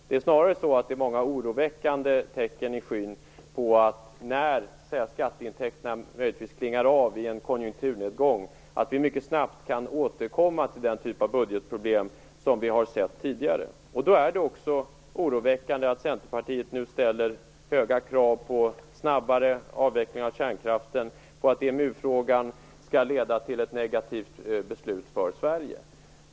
Det är snarare så att det finns många oroväckande tecken i skyn på att vi mycket snabbt kan återkomma till den typ av budgetproblem som vi har sett tidigare, när skatteintäkterna möjligtvis klingar av i en konjunkturnedgång. Då är det också oroväckande att Centerpartiet nu ställer höga krav på snabbare avveckling av kärnkraften och på att EMU-frågan skall leda till ett negativt beslut för Sverige.